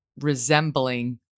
resembling